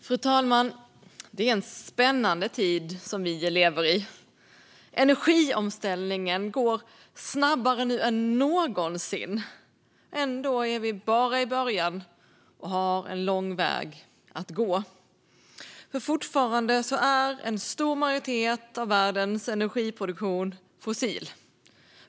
Fru talman! Det är en spännande tid som vi lever i. Energiomställningen går nu snabbare än någonsin. Ändå är vi bara i början och har en lång väg att gå. Fortfarande är en stor majoritet av världens energiproduktion fossil.